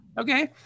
Okay